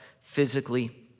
physically